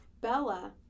Bella